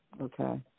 Okay